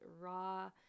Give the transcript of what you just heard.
raw